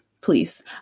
please